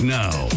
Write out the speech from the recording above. now